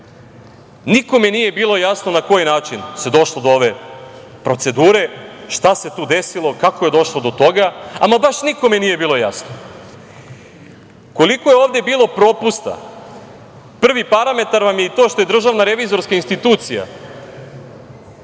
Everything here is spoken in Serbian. Nikome nije bilo jasno na koji način se došlo do ove procedure, šta se tu desilo, kako je došlo do toga, ama baš nikome nije bilo jasno. Koliko je ovde bilo propusta. Prvi parametar vam je i to što vam je DRI izvela zaključak